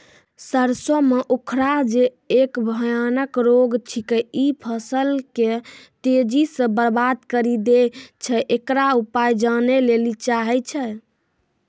सरसों मे उखरा जे एक भयानक रोग छिकै, इ फसल के तेजी से बर्बाद करि दैय छैय, इकरो उपाय जाने लेली चाहेय छैय?